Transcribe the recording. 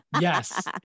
Yes